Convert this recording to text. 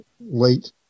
late